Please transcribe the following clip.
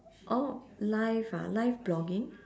orh live ah live blogging